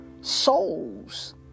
souls